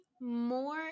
more